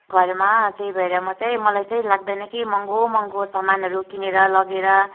घरमा त्यही भएर म चाहिँ मलाई चाहिँ लाग्दैन कि महँगो महँगो सामानहरू किनेर लगेर